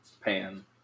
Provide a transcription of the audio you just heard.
pan